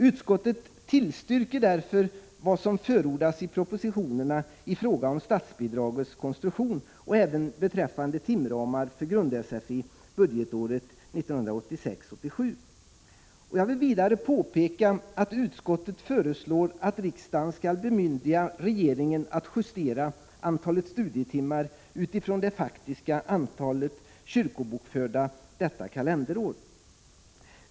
Utskottet tillstyrker därför vad som förordas i propositionerna i fråga om statsbidragets konstruktion och även beträffande timramar för grund-sfi budgetåret 1986/87. Jag vill vidare påpeka att utskottet föreslår att riksdagen skall bemyndiga regeringen att justera antalet studietimmar utifrån det faktiska antalet kyrkobokförda detta kalenderår.